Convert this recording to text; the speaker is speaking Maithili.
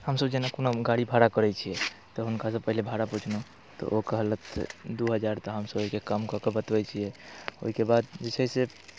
हमसभ जेना कोनो गाड़ी भाड़ा करैत छियै तऽ हुनकासँ पहिने भाड़ा पुछलहुँ तऽ ओ कहलथि दू हजार तऽ हमसभ ओहिके कम कऽ के बतबैत छियै ओहिके बाद जे छै से